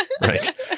Right